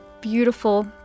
beautiful